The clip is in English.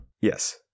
Yes